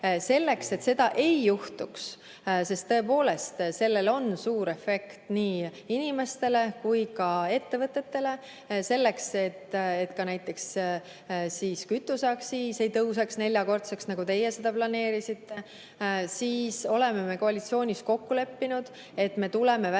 Selleks, et seda ei juhtuks – tõepoolest, sellel on suur efekt nii inimestele kui ka ettevõtetele –, selleks, et ka näiteks kütuseaktsiis ei tõuseks neljakordseks, nagu teie seda planeerisite, oleme koalitsioonis kokku leppinud, et tuleme välja